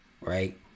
right